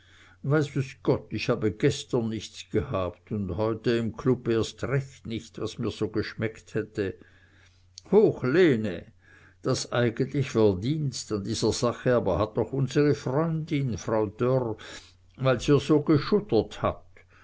weiß es gott ich habe gestern nichts gehabt und heute im club erst recht nicht was mir so geschmeckt hätte hoch lene das eigentliche verdienst in der sache hat aber doch unsere freundin frau dörr weil's ihr so geschuddert hat